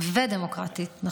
ודמוקרטית.